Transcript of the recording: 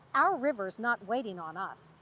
our river's not waiting on us.